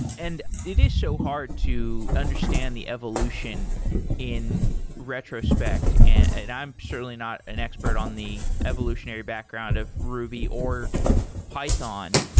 and it is so hard to understand the evolution in retrospect, and i'm certainly not an expert on the evolutionary background of ruby or python.